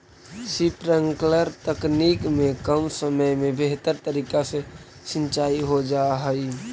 sprinkler तकनीक में कम समय में बेहतर तरीका से सींचाई हो जा हइ